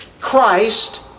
Christ